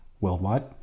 worldwide